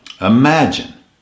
imagine